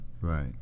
Right